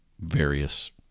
various